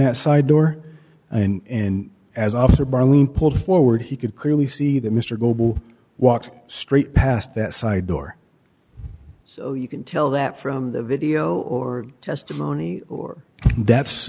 that side door in as officer bar lean pulled forward he could clearly see that mr goble walked straight past that side door so you can tell that from the video or testimony or that's